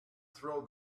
throw